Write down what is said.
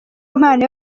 impano